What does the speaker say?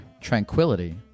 tranquility